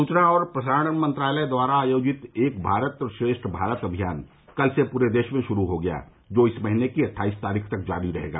सूचना और प्रसारण मंत्रालय द्वारा आयोजित एक भारत श्रेष्ठ भारत अभियान कल से पूरे देश में श्रू हो गया जो इस महीने की अट्ठाईस तारीख तक जारी रहेगा